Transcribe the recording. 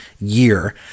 year